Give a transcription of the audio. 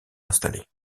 installé